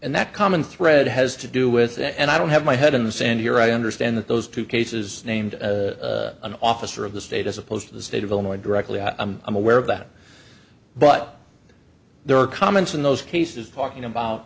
and that common thread has to do with that and i don't have my head in the sand here i understand that those two cases named as an officer of the state as opposed to the state of illinois directly i'm aware of that but there are comments in those cases talking about